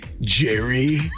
Jerry